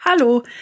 Hallo